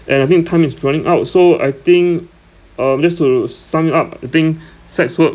and I think time is running out so I think um just to sum it up I think sex work